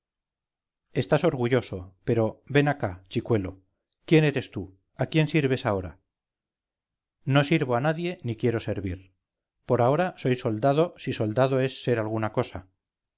estás orgulloso pero ven acá chicuelo quién eres tú a quién sirves ahora no sirvo a nadie ni quiero servir por ahora soy soldado si soldado es ser alguna cosa